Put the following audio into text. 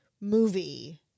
movie